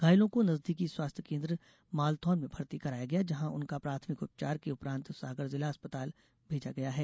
घायलों को नजदीकी स्वास्थ्य केंन्द्र मालथौन में भर्ती कराया गया जहां उनका प्राथमिक उपचार के उपरांत सागर जिला अस्पताल भेजा गया है